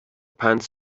پند